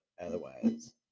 otherwise